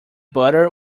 butter